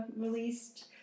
released